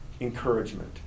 encouragement